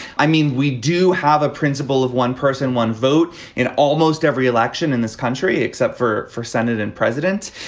i mean we do have a principle of one person one vote in almost every election in this country except for for senate and president.